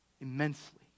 immensely